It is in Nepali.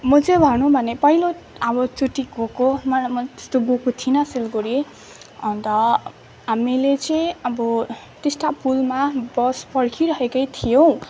म चाहिँ भनौँ भने पहिलो अब चोटि गएको मलाई म त्यस्तो गएको थिइनँ सिलगढी अन्त हामीले चाहिँ अब टिस्टा पुलमा बस पर्खिराखेकै थियौँ